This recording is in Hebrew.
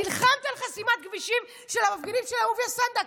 נלחמת על חסימת כבישים של המפגינים של אהוביה סנדק.